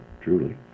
truly